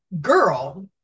girl